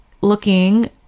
looking